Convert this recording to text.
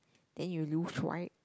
then you lose right